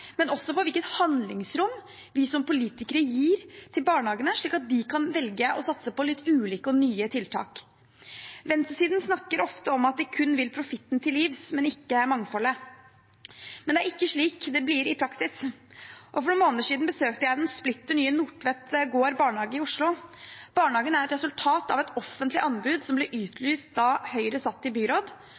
men også på hvilket handlingsrom vi som politikere gir barnehagene, slik at de kan velge å satse på litt ulike og nye tiltak. Venstresiden snakker ofte om at de kun vil profitten til livs, ikke mangfoldet. Men det er ikke slik det blir i praksis. For noen måneder siden besøkte jeg den splitter nye Nordtvet gård barnehage i Oslo. Barnehagen er et resultat av et offentlig anbud som ble utlyst da Høyre satt i byråd.